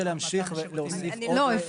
אני